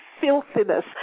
filthiness